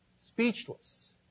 speechless